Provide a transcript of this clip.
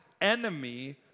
enemy